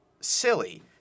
silly